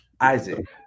Isaac